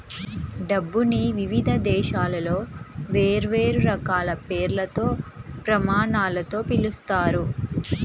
డబ్బుని వివిధ దేశాలలో వేర్వేరు రకాల పేర్లతో, ప్రమాణాలతో పిలుస్తారు